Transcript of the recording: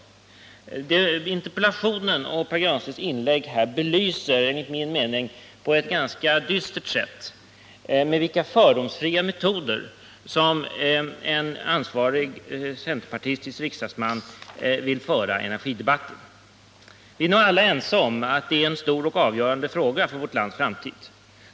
Både interpellationen och Pär Granstedts inlägg här belyser enligt min mening på ett ganska dystert sätt med vilka fördomsfria metoder en ansvarig centerpartistisk riksdagsman vill föra energidebatten. Vi är nog alla ense om att det är en stor och avgörande fråga för vårt lands framtid.